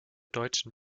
deutschen